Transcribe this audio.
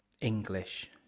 English